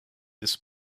this